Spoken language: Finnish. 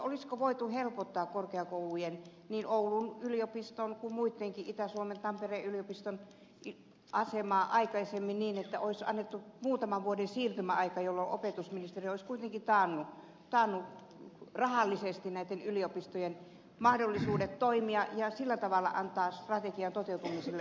olisiko voitu helpottaa korkeakoulujen niin oulun yliopiston kuin muittenkin itä suomen ja tampereen yliopistojen asemaa aikaisemmin niin että olisi annettu muutaman vuoden siirtymäaika jolloin opetusministeriö olisi kuitenkin taannut rahallisesti näitten yliopistojen mahdollisuudet toimia ja sillä tavalla antaa strategian toteutumiselle lisäaikaa